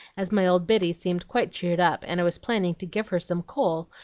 as my old biddy seemed quite cheered up, and i was planning to give her some coal,